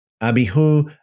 Abihu